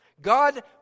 God